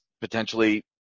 potentially